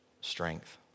strength